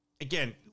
again